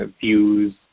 views